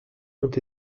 ont